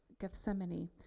Gethsemane